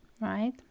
right